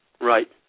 Right